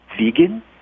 Vegan